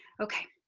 okay.